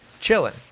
chilling